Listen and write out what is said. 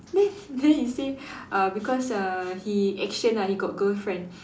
then then he say uh because uh he action lah he got girlfriend